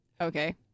Okay